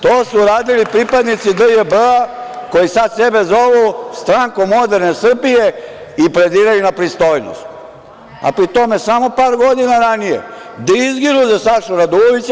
To su radili pripadnici DJB koji sada sebe zovu Strankom moderne Srbije i prediraju na pristojnost, a pri tome samo par godina ranije da izginu za Sašu Radulovića.